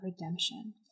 redemption